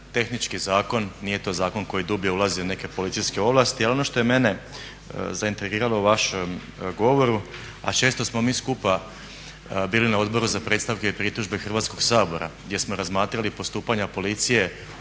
tehnički zakon. Nije to zakon koji dublje ulazi u neke policijske ovlasti. Ali ono što je mene zaintrigiralo u vašem govoru, a često smo mi skupa bili8 na Odboru za predstavke i pritužbe Hrvatskog sabora gdje smo razmatrali postupanja policije